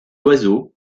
oiseau